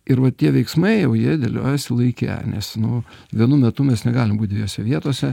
ir va tie veiksmai jau jie deliojasi laike nes nu vienu metu mes negalim būt dviejose vietose